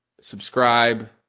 subscribe